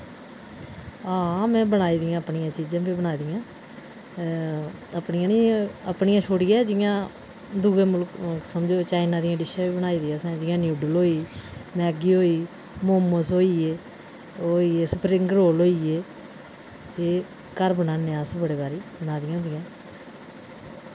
हां में बनाए दियां अपनियां चीजां बी बनाए दियां अपनियां निं अपनियां छोड़ियै जियां दुए मुल्क समझो चाइना दियां डिशां वि बनाए दियां असें जि'यां न्यूडल होई मैग्गी होई मोमोस होई गे ओह् होइये स्प्रिंग रोल होई गे ते घर बनाने अस बड़े बारी बनाए दियां होंदियां